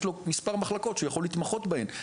יש לו מספר מחלקות שהוא יכול להתמחות בהן.